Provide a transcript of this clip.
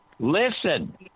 Listen